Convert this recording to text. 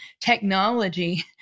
technology